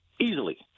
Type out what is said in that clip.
easily